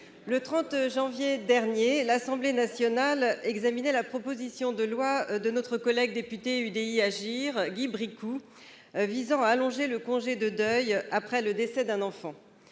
Le 30 janvier dernier, l'Assemblée nationale examinait la proposition de loi de notre collègue député UDI, Agir et Indépendants, Guy Bricout, visant à allonger le congé de deuil après le décès d'un enfant.